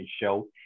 show